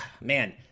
man